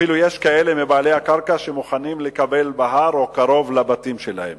אפילו יש כאלה מבעלי הקרקע שמוכנים לקבל בהר או קרוב לבתים שלהם.